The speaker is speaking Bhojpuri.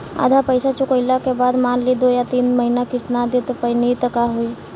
आधा पईसा चुकइला के बाद मान ली दो या तीन महिना किश्त ना दे पैनी त का होई?